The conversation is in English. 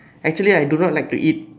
actually I do not like to eat